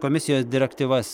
komisijos direktyvas